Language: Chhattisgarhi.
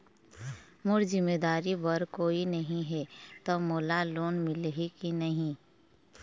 मोर जिम्मेदारी बर कोई नहीं हे त मोला लोन मिलही की नहीं?